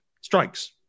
strikes